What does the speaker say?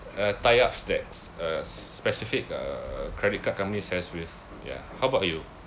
uh tie ups that uh specific uh credit card companies has with ya how about you